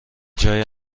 جای